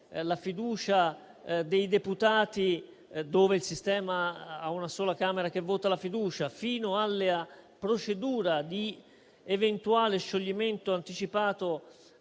la fiducia dei deputati, dove il sistema ha una sola Camera che vota la fiducia, fino alla procedura di eventuale scioglimento anticipato